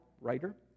writer